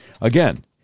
again